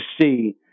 see